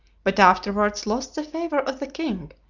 but afterwards lost the favor of the king,